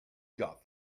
got